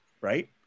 right